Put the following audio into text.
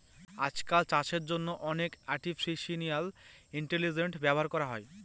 আজকাল চাষের জন্য অনেক আর্টিফিশিয়াল ইন্টেলিজেন্স ব্যবহার করা হয়